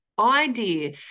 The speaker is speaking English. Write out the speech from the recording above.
idea